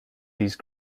these